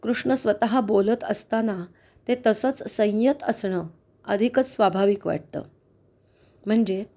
कृष्ण स्वतः बोलत असताना ते तसंच संयत असणं अधिकच स्वाभाविक वाटतं म्हणजे